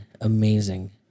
amazing